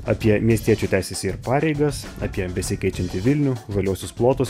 apie miestiečių teises ir pareigas apie besikeičiantį vilnių žaliuosius plotus